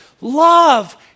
love